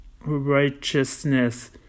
righteousness